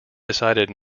decided